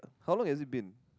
how long has it been